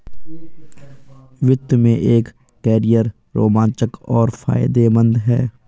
वित्त में एक कैरियर रोमांचक और फायदेमंद है